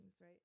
right